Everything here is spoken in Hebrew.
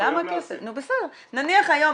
את התקן לכסף ולהעביר את הכסף לגורם שלישי.